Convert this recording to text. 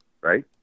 Right